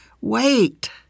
wait